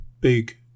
Big